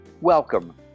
Welcome